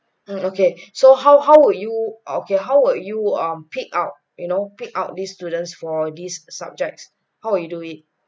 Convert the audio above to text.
oh okay so how how would you okay how would you um pick out you know pick out these students for these subjects how you do it